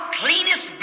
cleanest